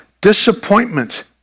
Disappointment